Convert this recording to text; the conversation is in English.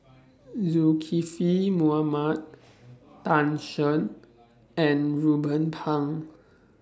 Zulkifli Bin Mohamed Tan Shen and Ruben Pang